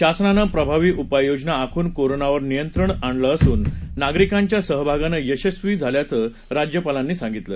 शासनानं प्रभावी उपायजोजना आखून कोरोनावर नियंत्रण आणलं असून नागरिकांच्या सहभागानं यशस्वी झाल्याचं राज्यपालांनी सांगितलं